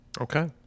Okay